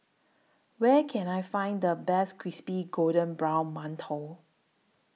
Where Can I Find The Best Crispy Golden Brown mantou